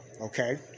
okay